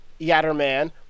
Yatterman